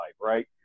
right